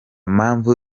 mpamvu